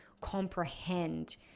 comprehend